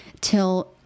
till